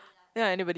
ya anybody